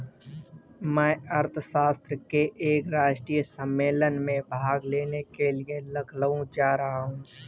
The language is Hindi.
मैं अर्थशास्त्र के एक राष्ट्रीय सम्मेलन में भाग लेने के लिए लखनऊ जा रहा हूँ